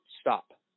stop